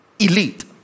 Elite